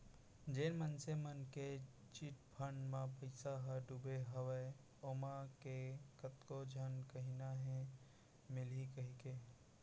जेन मनसे मन के चिटफंड म पइसा ह डुबे हवय ओमा के कतको झन कहिना हे मिलही कहिके